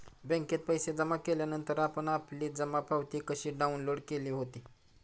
बँकेत पैसे जमा केल्यानंतर आपण आपली जमा पावती कशी डाउनलोड केली होती?